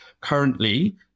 currently